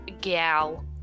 gal